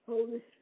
Holy